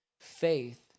Faith